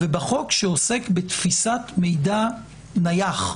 ובחוק שעוסק בתפיסת מידע נייח,